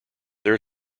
there